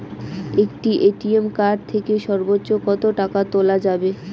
একটি ATM card থেকে সর্বোচ্চ কত টাকা তোলা যাবে?